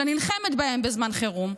אלא נלחמת בהם בזמן חירום.